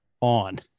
on